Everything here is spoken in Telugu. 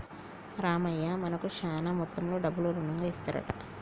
రామయ్య మనకు శాన మొత్తంలో డబ్బులు రుణంగా ఇస్తారంట